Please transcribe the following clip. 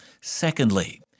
Secondly